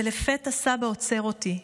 ולפתע סבא עוצר אותי,